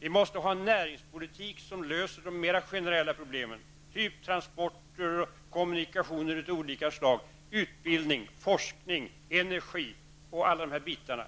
Vi måste ha en näringspolitik som innebär att man löser de mer generella problemen, t.ex. transporter, kommunikationer av olika slag, utbildning, forskning, energi, osv. Och i detta sammanhang anser jag